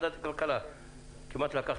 הנה אני אומר